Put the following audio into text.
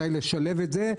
מתי לשלב את זה?